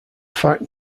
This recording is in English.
fact